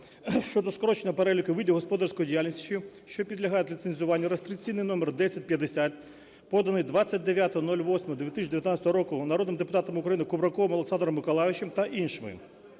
щодо скорочення переліку видів господарської діяльності, що підлягають ліцензуванню у сфері телекомунікації, (реєстраційний номер 1050), поданий 29.08.2019 року народним депутатом України Кубраковим Олександром Миколайовичем та іншими.